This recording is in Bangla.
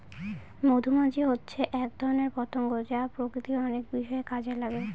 মধুমাছি হচ্ছে এক ধরনের পতঙ্গ যা প্রকৃতির অনেক বিষয়ে কাজে লাগে